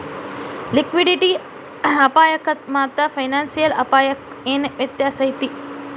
Liquidity ಅಪಾಯಕ್ಕಾಮಾತ್ತ financial ಅಪ್ಪಾಯಕ್ಕ ಏನ್ ವ್ಯತ್ಯಾಸೈತಿ?